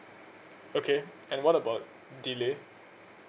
okay and what about delay